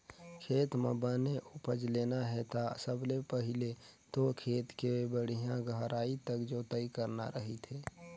खेत म बने उपज लेना हे ता सबले पहिले तो खेत के बड़िहा गहराई तक जोतई करना रहिथे